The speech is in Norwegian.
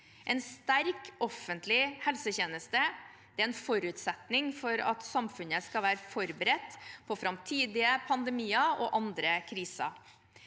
En sterk offentlig helsetjeneste er en forutsetning for at samfunnet skal være forberedt på framtidige pandemier og andre kriser.